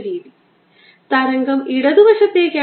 E എല്ലായിടത്തും ഒരുപോലെയാണ്